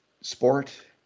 sport